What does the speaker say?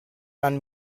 man